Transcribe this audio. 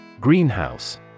Greenhouse